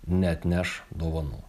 neatneš dovanų